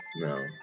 No